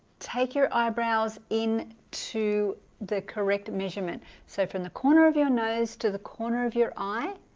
take your eyebrows in to the correct measurement so from the corner of your nose to the corner of your eye